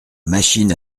machine